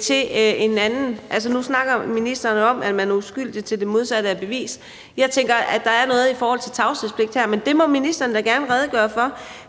til en anden? Nu snakker ministeren om, at man er uskyldig, til det modsatte er bevist; jeg tænker, at der er noget i forhold til tavshedspligt her, men det må ministeren da gerne redegøre for,